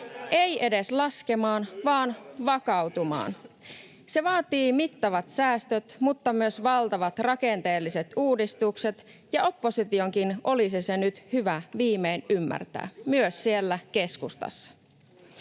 ei edes laskemaan, vaan vakautumaan. Se vaatii mittavat säästöt, mutta myös valtavat rakenteelliset uudistukset, ja oppositionkin olisi se nyt hyvä viimein ymmärtää, myös siellä keskustassa.